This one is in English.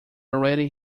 already